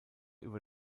über